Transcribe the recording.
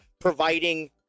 providing